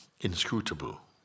inscrutable